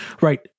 Right